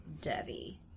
Devi